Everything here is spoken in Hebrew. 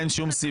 אין שום סיבה.